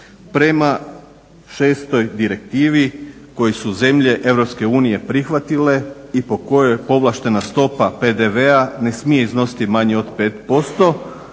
prema 6.direktivi koje su zemlje EU prihvatile i po kojoj povlaštena stopa PDV-a ne smije iznositi manje od 5%